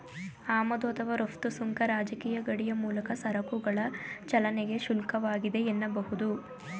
ಆಮದು ಅಥವಾ ರಫ್ತು ಸುಂಕ ರಾಜಕೀಯ ಗಡಿಯ ಮೂಲಕ ಸರಕುಗಳ ಚಲನೆಗೆ ಶುಲ್ಕವಾಗಿದೆ ಎನ್ನಬಹುದು